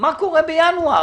מה קורה בינואר,